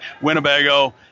winnebago